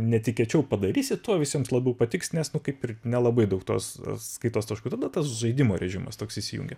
netikėčiau padarysi tuo visiems labiau patiks nes nu kaip ir nelabai daug tos skaitos taškų tada tas žaidimo režimas toks įsijungia